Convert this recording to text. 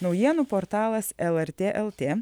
naujienų portalas lrt lt